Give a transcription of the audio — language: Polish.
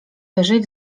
wyżej